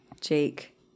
Jake